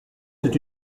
c’est